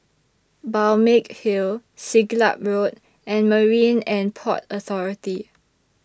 Balmeg Hill Siglap Road and Marine and Port Authority